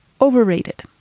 overrated